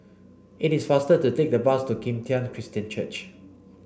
it is faster to take the bus to Kim Tian Christian Church